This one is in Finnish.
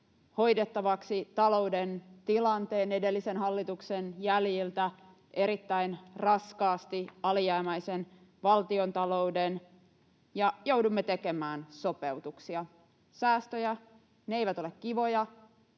hoidettavaksi talouden tilanteen edellisen hallituksen jäljiltä, erittäin raskaasti alijäämäisen valtiontalouden, ja joudumme tekemään sopeutuksia ja säästöjä. Ne eivät ole kivoja,